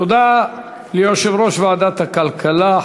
תודה ליושב-ראש ועדת הכלכלה,